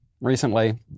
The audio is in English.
recently